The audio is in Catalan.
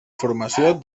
formació